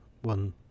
one